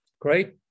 Great